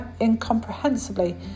incomprehensibly